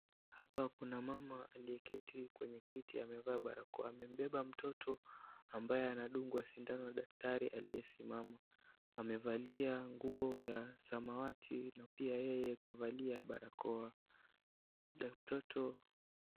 Hapa kuna mama aliyeketi kwenye kiti amevaa barakoa. Amembeba mtoto ambaye anadungwa sindano na daktari aliyesimama amevalia nguo ya samawati na pia yeye kavalia barakoa.